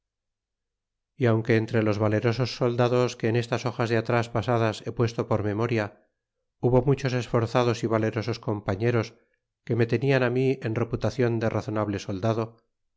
y aunque entre los valerosos soldados que en estas hojas de atrás pasadas he puesto por memoria hubo muchos esforzados y valerosos compañeros que me tenian mi en reputacion de razonable